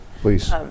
Please